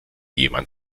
jemand